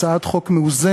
הצעת חוק מאוזנת,